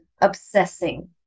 obsessing